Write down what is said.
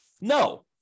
no